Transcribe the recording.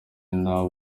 n’aho